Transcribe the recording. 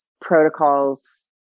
protocols